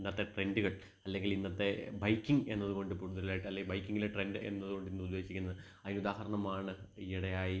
ഇന്നത്തെ ട്രെൻഡുകൾ അല്ലെങ്കിൽ ഇന്നത്തെ ബൈക്കിങ് എന്നതുകൊണ്ട് കൂടുതലായിട്ട് അല്ലെങ്കില് ബൈക്കിങ്ങിലെ ട്രെൻഡ് എന്നതുകൊണ്ടിന്ന് ഉദ്ദേശിക്കുന്നത് അതിനുദാഹരണമാണ് ഈയിടെയായി